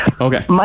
Okay